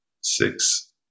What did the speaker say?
six